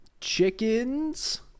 Chickens